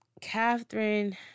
Catherine